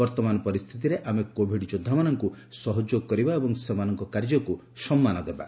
ବର୍ତ୍ତମାନ ପରିସ୍ଥିତିରେ କୋଭିଡ ଯୋଦ୍ଧାମାନଙ୍କୁ ସହଯୋଗ କରିବା ଏବଂ ସେମାନଙ୍କ କାର୍ଯ୍ୟକୁ ସମ୍ମାନ ଦେବା